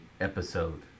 episode